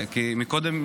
כי קודם,